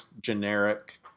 generic